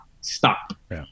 Stop